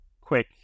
quick